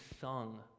sung